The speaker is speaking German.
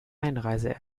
einreise